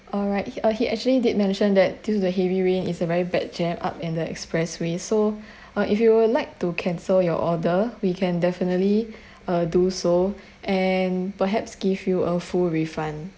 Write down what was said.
alright he actually did mentioned that due to heavy rain is a very bad jammed up at the expressway so uh if you would like to cancel your order we can definitely uh do so and perhaps give you a full refund